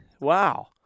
wow